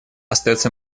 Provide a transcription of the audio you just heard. остается